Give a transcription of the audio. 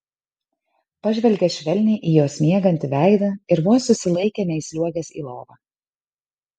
pažvelgė švelniai į jos miegantį veidą ir vos susilaikė neįsliuogęs į lovą